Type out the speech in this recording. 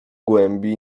głębi